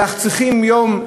אלא צריכים יום,